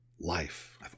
life